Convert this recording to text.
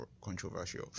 controversial